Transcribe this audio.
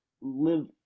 live